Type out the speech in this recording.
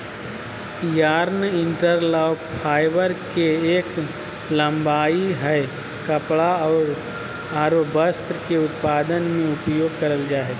yarn interlock, fibre के एक लंबाई हय कपड़ा आर वस्त्र के उत्पादन में उपयोग करल जा हय